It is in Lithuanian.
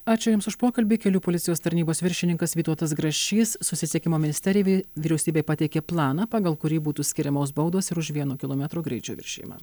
ačiū jums už pokalbį kelių policijos tarnybos viršininkas vytautas grašys susisiekimo ministerijai bei vyriausybei pateikė planą pagal kurį būtų skiriamos baudos ir už vieno kilometro greičio viršijimą